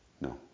no